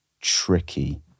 tricky